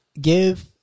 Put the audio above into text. Give